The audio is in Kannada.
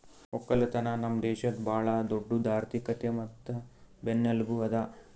ಒಕ್ಕಲತನ ನಮ್ ದೇಶದ್ ಭಾಳ ದೊಡ್ಡುದ್ ಆರ್ಥಿಕತೆ ಮತ್ತ ಬೆನ್ನೆಲುಬು ಅದಾ